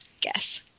guess